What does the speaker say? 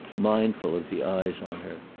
mindful of the eyes on her.